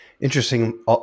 Interesting